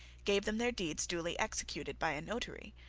gave them their deeds duly executed by a notary,